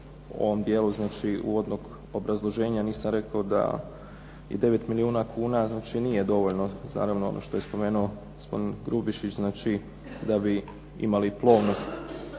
u ovom dijelu uvodnog obrazloženja nisam rekao da 9 milijuna kuna nije dovoljno naravno ono što je spomenuo gospodin Grubišić da bi imali plovnost